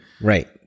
Right